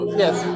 yes